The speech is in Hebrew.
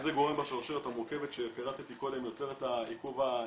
איזה גורם בשרשרת המורכבת שפירטתי קודם יוצר את העיכוב העיקרי,